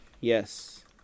Yes